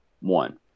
one